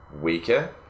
weaker